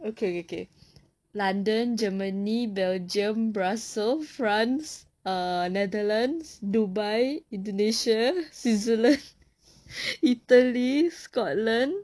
okay okay london germany belgium brussel france netherlands dubai indonesia switzerland italy scotland